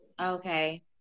Okay